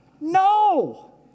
No